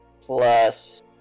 Plus